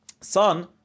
sun